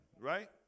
right